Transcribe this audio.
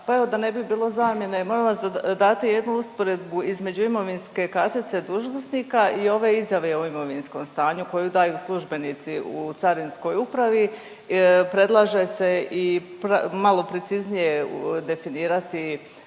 pa evo da ne bi bilo zamjene molim vas da date jednu usporedbu između imovinske kartice dužnosnika i ove izjave o imovinskom stanju koju daju službenici u Carinskoj upravi. Predlaže se i malo preciznije definirati